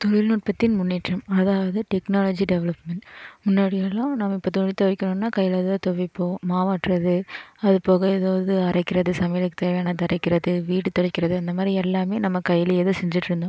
தொழில் நுட்பத்தின் முன்னேற்றம் அதாவது டெக்னாலஜி டெவலப்மெண்ட் முன்னாடி எல்லாம் நம்ம இப்போ துணி துவைக்கணுனா கையிலதான் துவைப்போம் மாவாட்டுறது அது போக எதாவது அரைக்கிறது சமையலுக்கு தேவையானது அரைக்கிறது வீடு துடைக்கிறது அந்தமாதிரி எல்லாமே நம்ம கையிலயே தான் செஞ்சிட்டு இருந்தோம்